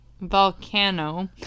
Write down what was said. Volcano